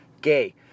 gay